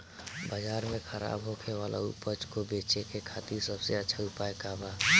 बाजार में खराब होखे वाला उपज को बेचे के खातिर सबसे अच्छा उपाय का बा?